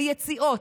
ביציאות,